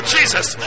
Jesus